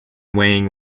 weighing